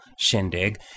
shindig